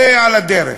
זה, על הדרך.